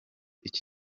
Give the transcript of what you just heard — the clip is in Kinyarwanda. iki